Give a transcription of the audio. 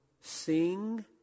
sing